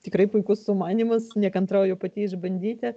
tikrai puikus sumanymas nekantrauju pati išbandyti